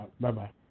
Bye-bye